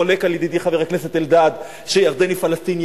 חולק על ידידי חבר הכנסת אלדד שירדן היא פלסטין.